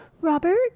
Robert